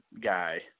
guy